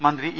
മന്ത്രി ഇ